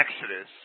exodus